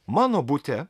mano bute